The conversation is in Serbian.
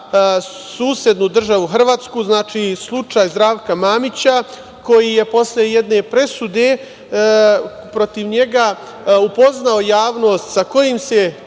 susednu državu Hrvatsku. Znači, slučaj Zdravka Mamića koji je posle jedne presude protiv njega upoznao javnost sa kojim se